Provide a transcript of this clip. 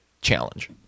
challenge